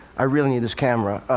i really need this camera.